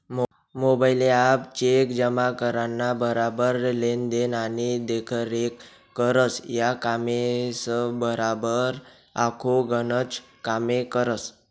mobile app cheque जमा कराना बराबर लेन देन आणि देखरेख करस, या कामेसबराबर आखो गनच कामे करस